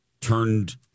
turned